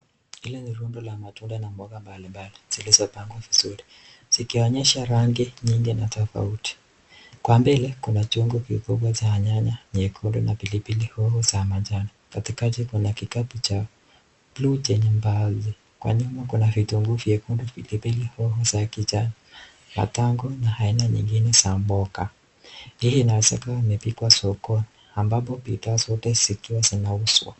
Hilli ni rundo la matunda na mboga mbalimbali zilizopangwa vizuri, zikionyesha rangi nyingi na tofauti. Kwa mbele kuna chungu vikubwa za nyanya, nyekundu na pilipili hoho za majani. Katikati kuna kikapa cha blue chenye mbaazi. Kwa nyuma kuna vitunguu vyekundu pilipili hoho za kijani na tango na aina nyingine za mboga. Hii inaweza kuwa imepikwa sokoni ambapo bidhaa zote zikiwa zinauzwa.